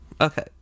okay